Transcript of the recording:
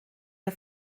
der